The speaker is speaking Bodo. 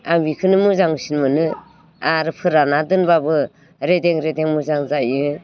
आं बिखौनो मोजांसिन मोनो आरो फोरान्ना दोनबाबो रेदें रेदें मोजां जायो